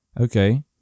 Okay